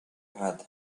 had